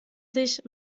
sich